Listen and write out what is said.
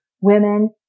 women